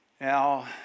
Now